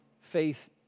faith